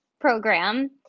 program